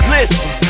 Listen